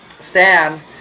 Stan